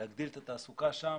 להגדיל את התעסוקה שם,